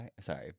Sorry